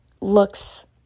looks